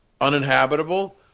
uninhabitable